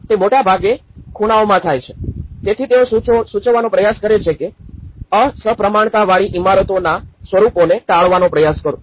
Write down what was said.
તે મોટે ભાગે ખૂણામાં થાય છે તેથી તેઓ સૂચવવાનો પ્રયાસ કરે છે કે અસમપ્રમાણતાવાળી ઇમારતોના સ્વરૂપોને ટાળવાનો પ્રયાસ કરો